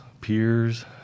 peers